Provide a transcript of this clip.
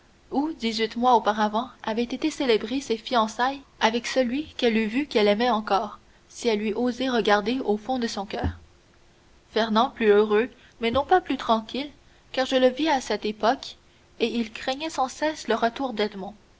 où dix-huit mois auparavant avaient été célébrées ses fiançailles avec celui qu'elle eût vu qu'elle aimait encore si elle eût oser regarder au fond de son coeur fernand plus heureux mais non pas plus tranquille car je le vis à cette époque et il craignait sans cesse le retour